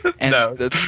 No